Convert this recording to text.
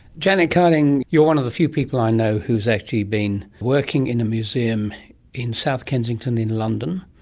janet carding, you're one of the few people i know who has actually been working in a museum in south kensington in london,